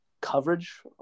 coverage